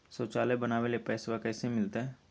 शौचालय बनावे ले पैसबा कैसे मिलते?